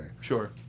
Sure